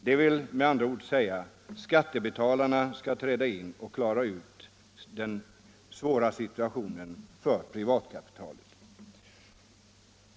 Dvs.: skattebetalarna skall träda in och klara ut den svåra situationen för privatkapitalet.